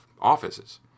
offices